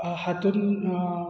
अ हातूंत अ